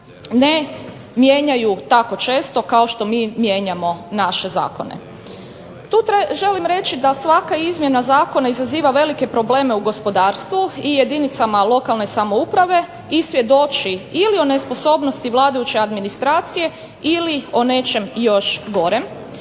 ne mijenjaju tako često kao što mi mijenjamo naše zakone. Tu želim reći da svaka izmjena zakona izaziva velike probleme u gospodarstvu i jedinicama lokalne samouprave i svjedoči ili o nesposobnosti vladajuće administracije ili o nečem još gorem,